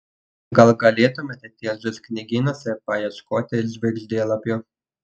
gal galėtumėte tilžės knygynuose paieškoti žvaigždėlapių